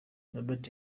robert